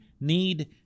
need